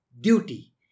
duty